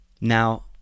Now